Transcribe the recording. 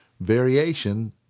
variation